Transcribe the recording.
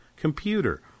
computer